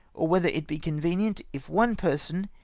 or whether it be convenient if one person,